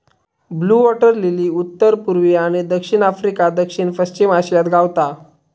blue water lily उत्तर पुर्वी आणि दक्षिण आफ्रिका, दक्षिण पश्चिम आशियात गावता